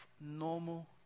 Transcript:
normal